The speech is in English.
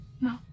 No